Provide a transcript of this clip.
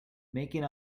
making